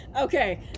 Okay